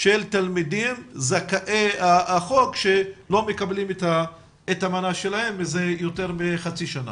של תלמידים זכאי החוק שלא מקבלים את המנה שלהם מזה יותר מחצי שנה.